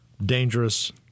Dangerous